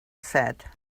said